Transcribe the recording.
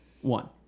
one